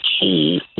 key